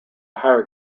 higher